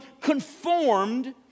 conformed